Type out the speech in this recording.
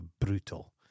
brutal